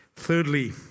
Thirdly